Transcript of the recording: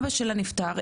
אבא שלה נפטר,